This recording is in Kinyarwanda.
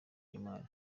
y’imari